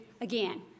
again